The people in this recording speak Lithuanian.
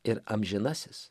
ir amžinasis